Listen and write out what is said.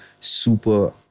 super